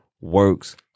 works